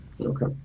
Okay